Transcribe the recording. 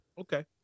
Okay